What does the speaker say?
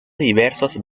diversos